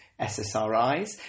SSRIs